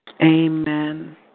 Amen